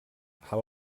how